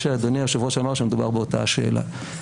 שאדוני היושב-ראש אמר שמדובר באותה השאלה.